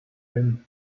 been